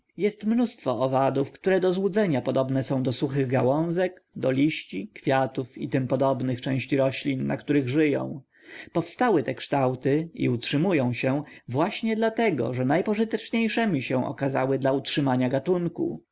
jest mnóstwo owadów które do złudzenia podobne są do suchych gałązek do liści kwiatów i t p części roślin na których żyją powstały te kształty i utrzymują się właśnie dlatego że najpożyteczniejsze mi się okazały dla utrzymania gatunku